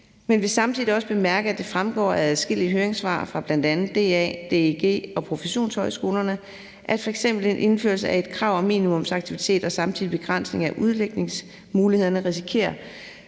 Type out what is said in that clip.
vi vil samtidig også bemærke, at det fremgår af adskillige høringssvar fra bl.a. DA, DEG og professionshøjskolerne, at f.eks. en indførelse af et krav om minimumsaktivitet og samtidig begrænsning af udlægningsmulighederne risikerer